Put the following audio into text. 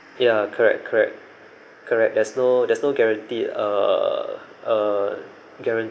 ya correct correct correct there's no there's no guaranteed err err guaranteed